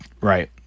Right